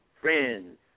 friends